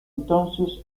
entonces